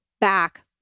back